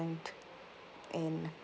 in in